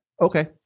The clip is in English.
Okay